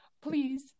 Please